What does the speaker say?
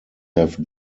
have